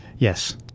Yes